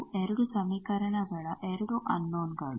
ಅವು 2 ಸಮೀಕರಣಗಳ 2 ಅನ್ನೋನ್ಗಳು